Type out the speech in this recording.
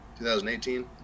2018